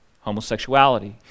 homosexuality